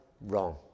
wrong